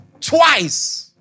Twice